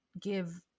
give